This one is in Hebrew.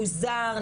פוזר,